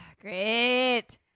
great